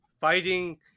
fighting